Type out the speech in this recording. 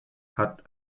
hat